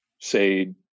say